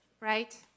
right